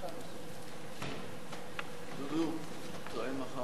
חוק הרשויות המקומיות (בחירות) (תיקון מס' 41),